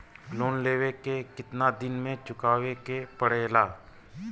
Loan लेवे के कितना दिन मे चुकावे के पड़ेला?